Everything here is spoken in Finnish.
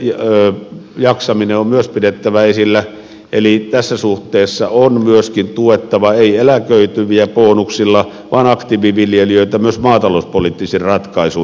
maataloustuottajien jaksaminen on myös pidettävä esillä eli tässä suhteessa on myöskin tuettava ei eläköityviä bonuksilla vaan aktiiviviljelijöitä myös maatalouspoliittisin ratkaisuin